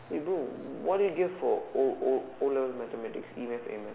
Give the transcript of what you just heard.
eh bro what did you get for o o o-levels mathematics E-math a-math